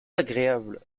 agréable